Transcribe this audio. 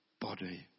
body